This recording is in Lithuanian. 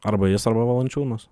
arba jis arba valančiūnas